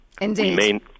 Indeed